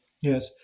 Yes